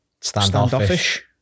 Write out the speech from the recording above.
standoffish